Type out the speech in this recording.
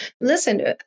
listen